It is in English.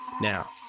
Now